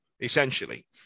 essentially